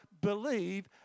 believe